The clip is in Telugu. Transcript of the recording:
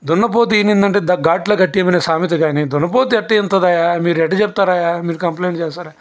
దున్నపోతు ఈనింది అంటే దా ఘాట్లో కట్టేమని సామెత కానీ దున్నపోతు ఎట్ట ఈనుతదయ్యా మీరు ఎట్టా చెప్తారయ్యా అని మీరు ఎట్లా కంప్లైంట్ చేశారు